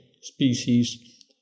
species